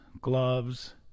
gloves